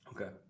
Okay